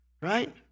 Right